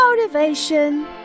Motivation